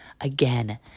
Again